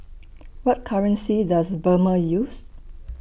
What currency Does Burma use